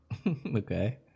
Okay